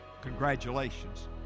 congratulations